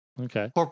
Okay